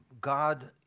God